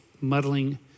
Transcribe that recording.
muddling